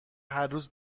هرروز